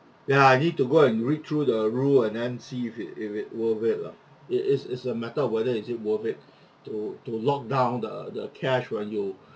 ya I need to go and read through the rule and then see if it if it worth it lah it is is a matter of whether is it worth it to to lock down the the cash when you